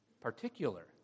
particular